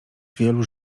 wielu